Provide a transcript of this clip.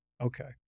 Okay